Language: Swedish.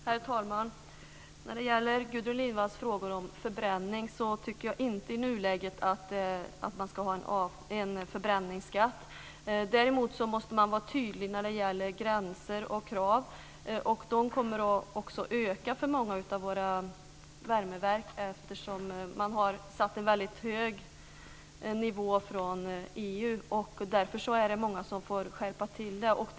Herr talman! Gudrun Lindvall ställde frågor om förbränning. Jag tycker inte i nuläget att man ska ha en förbränningsskatt. Däremot måste man vara tydlig när det gäller gränser och krav. Kraven kommer också att öka för många av våra värmeverk, eftersom man har satt en väldigt hög nivå från EU. Därför får många skärpta krav.